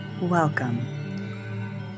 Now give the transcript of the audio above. Welcome